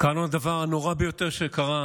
לנו הדבר הנורא ביותר שקרה